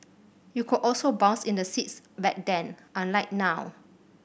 you could also bounce in the seats back then unlike now